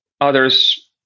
Others